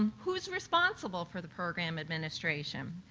um who is responsible for the program administration?